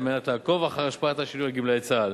על מנת לעקוב אחר השפעת השינוי על גמלאי צה"ל.